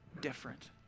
different